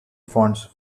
fonts